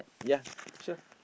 yeah sure